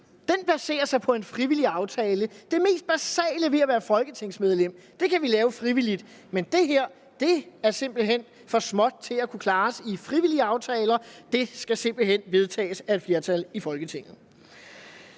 Den baserer sig på en frivillig aftale. Det mest basale ved at være folketingsmedlem kan vi lave frivilligt, men det her er simpelt hen for småt til at kunne klares i frivillige aftaler. Det skal simpelt hen vedtages af et flertal i Folketinget.